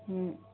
ꯎꯝ